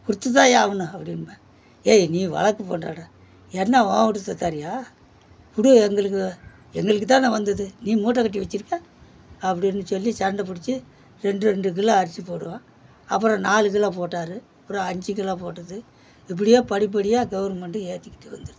கொடுத்துதான்யா ஆகணும் அப்படிம்ப ஏய் நீ வழக்கு பண்ணுறடா என்ன ஓ வீட்டு சொத்து தரியா கொடு எங்களுக்கு எங்களுக்கு தானே வந்துது நீ மூட்டை கட்டி வச்சிருக்க அப்படின் சொல்லி சண்டை பிடிச்சி ரெண்டு ரெண்டு கிலோ அரிசி போடுவான் அப்புறோம் நாலு கிலோ போட்டார் அப்புறோம் அஞ்சு கிலோ போட்டது இப்படியே படி படியாக கவுர்மெண்ட்டு ஏற்றிக்கிட்டே வந்திடுச்சு